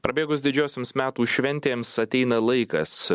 prabėgus didžiosioms metų šventėms ateina laikas